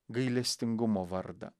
gailestingumo vardą